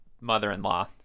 mother-in-law